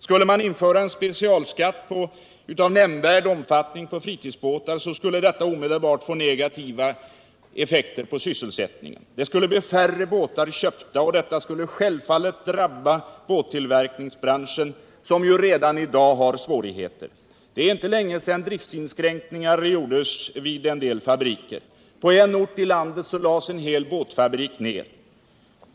Skulle man införa en specialskatt av nämnvärd omfattning på fritidsbåtar så skulle detta omedelbart få negativa effekter på sysselsättningen. Färre båtar skulle köpas, och detta skulle självfallet drabba båttillverkningsbranschen som ju redan i dag har svårighoter. Det är inte länge sedan driftinskränkningar gjordes vid en det fabriker. På en ort i lundet lades nyligen en hel båtfabrik ned.